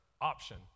option